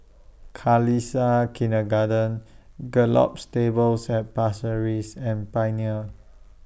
Khalsa Kindergarten Gallop Stables At Pasir Ris and Pioneer